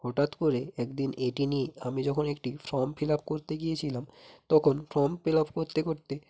হঠাৎ করে একদিন এটি নিয়ে আমি যখন একটি ফর্ম ফিল আপ করতে গিয়েছিলাম তখন ফর্ম ফিল আপ করতে করতে